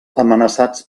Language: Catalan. amenaçats